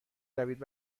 روید